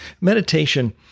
Meditation